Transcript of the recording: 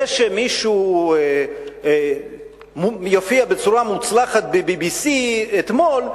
זה שמישהו הופיע בצורה מוצלחת ב-BBC אתמול,